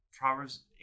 Proverbs